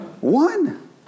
One